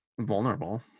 vulnerable